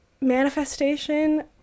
manifestation